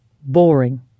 Boring